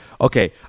okay